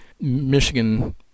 Michigan